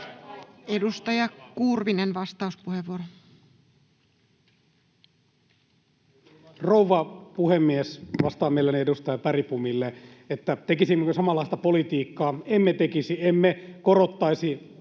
Edustaja Kurvinen, vastauspuheenvuoro. Rouva puhemies! Vastaan mielelläni edustaja Bergbomille siihen, tekisimmekö samanlaista politiikkaa. Emme tekisi.